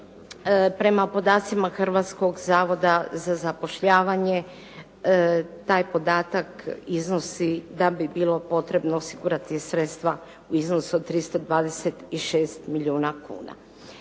Prema podacima Hrvatskoga zavoda za zapošljavanje taj podatak iznosi da bi bilo potrebno osigurati sredstava u iznosu od 326 milijuna kuna.